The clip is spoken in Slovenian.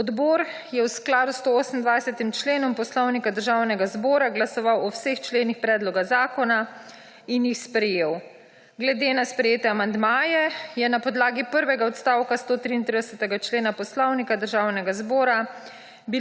Odbor je v skladu s 128. členom Poslovnika Državnega zbora glasoval o vseh členih predloga zakona in jih sprejel. Glede na sprejete amandmaje je na podlagi prvega odstavka 133. člena Poslovnika Državnega zbora